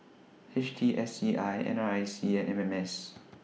H T S C I N R I C and M M S